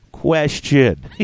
question